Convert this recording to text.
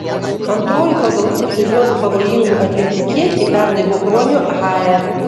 antroji pagal utilizuotų pavojingų atliekų kiekį pernai buvo kruonio hae